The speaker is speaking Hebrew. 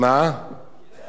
בהרבה בתי-ספר.